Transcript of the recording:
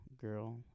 girl